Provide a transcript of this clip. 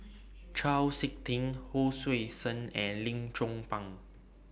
Chau Sik Ting Hon Sui Sen and Lim Chong Pang